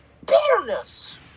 Bitterness